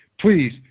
please